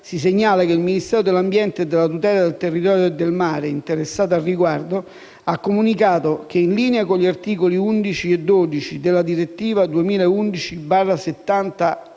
si segnala che il Ministero dell'ambiente e della tutela del territorio e del mare, interessato al riguardo, ha comunicato che, in linea con gli articoli 11 e 12 della direttiva